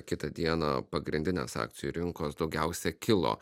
kitą dieną pagrindinės akcijų rinkos daugiausia kilo